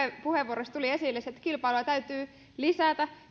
puheenvuoroissa tuli esille se että kilpailua täytyy lisätä